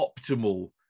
optimal